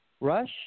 Rush